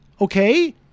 Okay